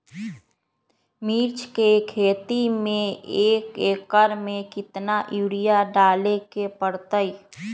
मिर्च के खेती में एक एकर में कितना यूरिया डाले के परतई?